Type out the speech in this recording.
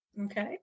okay